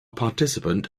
participant